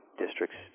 districts